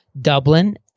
Dublin